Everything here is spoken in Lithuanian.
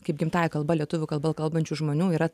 kaip gimtąja kalba lietuvių kalba kalbančių žmonių yra